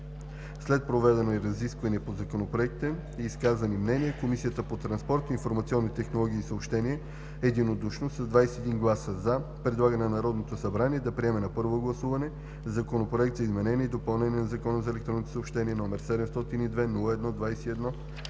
След проведените разисквания по Законопроекта и изказаните мнения Комисията по транспорт, информационни технологии и съобщения единодушно с 21 гласа „за“ предлага на Народното събрание да приеме на първо гласуване Законопроект за изменение и допълнение на Закона за електронните съобщения, № 702-01-21,